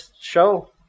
show